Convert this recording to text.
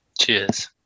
Cheers